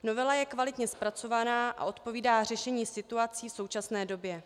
Novela je kvalitně zpracovaná a odpovídá řešení situací v současné době.